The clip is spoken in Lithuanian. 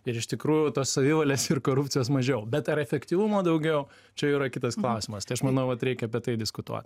ir iš tikrųjų tos savivalės ir korupcijos mažiau bet ar efektyvumo daugiau čia jau yra kitas klausimas tai aš manau vat reikia apie tai diskutuot